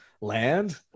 land